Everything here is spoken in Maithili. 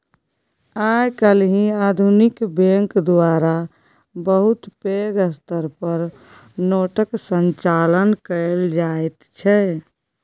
आइ काल्हि आधुनिक बैंक द्वारा बहुत पैघ स्तर पर नोटक संचालन कएल जाइत छै